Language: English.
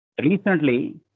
Recently